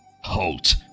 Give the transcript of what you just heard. Halt